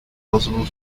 possible